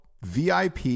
VIP